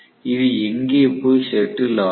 இது எங்கே போய் செட்டில் ஆகும்